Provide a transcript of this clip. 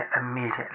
immediately